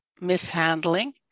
mishandling